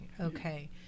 okay